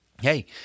hey